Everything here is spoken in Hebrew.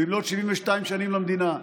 במלאת 72 שנים למדינה.